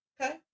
okay